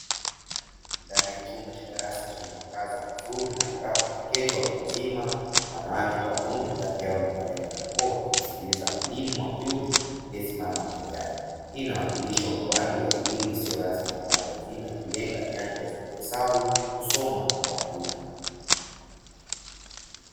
Ndani ya chumba cha darasa chenye mwangaza mzuri na angavu wameketi wati watu wazima wanaume kwa wanawake baadhi yao wamevaa balakoa wakiwa wamsikiliza mwalimu wakiume aliye simama mbele yao, Hii inawakilisha utoaji wa elimu isiyo rasmi na yawatu wazima ikilenga nyanja za kuhesabu kusoma na kuandika.